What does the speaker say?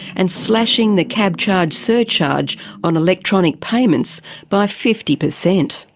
and slashing the cabcharge surcharge on electronic payments by fifty percent.